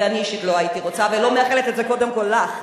ואני אישית לא הייתי רוצה ולא מאחלת את זה קודם כול לך.